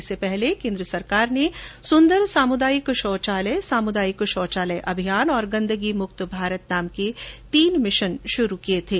इससे पहले केन्द्र सरकार ने सुंदर सामुदायिक शौचालय सामुदायिक शौचालय अभियान और गंदगी मुक्त भारत नाम के तीन मिशन शुरू किये थे